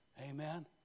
Amen